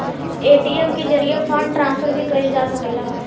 ATM के जरिये fund transfer भी कईल जा सकेला